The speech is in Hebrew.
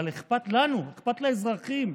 אבל אכפת לנו, אכפת לאזרחים.